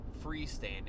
freestanding